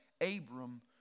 Abram